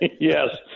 Yes